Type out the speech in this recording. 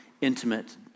intimate